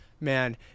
Man